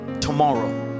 tomorrow